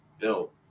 built